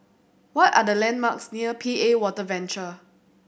what are the landmarks near P A Water Venture